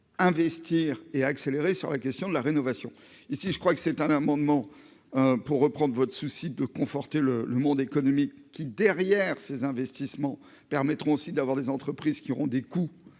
investir et accélérer sur la question de la rénovation, ici je crois que c'est un amendement pour reprendre votre souci de conforter le le monde économique qui, derrière ces investissements permettront aussi d'avoir des entreprises qui auront des coûts